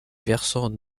versants